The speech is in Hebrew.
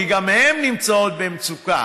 כי גם הן נמצאות במצוקה: